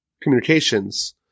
communications